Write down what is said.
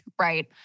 right